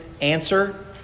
answer